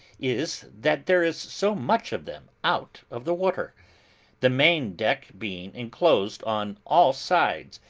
is, that there is so much of them out of the water the main-deck being enclosed on all sides,